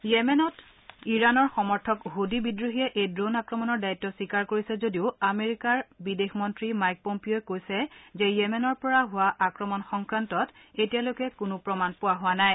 য়েমেনত ইৰাণৰ সমৰ্থক হোডী বিদ্ৰোহীয়ে এই ড্ৰোণ আক্ৰমৰ দায়িত্ব স্বীকাৰ কৰিছে যদিও আমেকিৰা বিদেশ মন্ত্ৰী মাইক পম্পিঅই কৈছে যে য়েমেনৰ পৰা হোৱা আক্ৰমণ সংক্ৰান্ত এতিয়ালৈকে কোনো প্ৰমাণ পোৱা হোৱা নাই